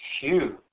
huge